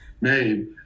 made